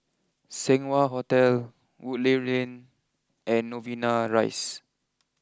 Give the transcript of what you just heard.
Seng Wah Hotel Woodleigh Lane and Novena Rise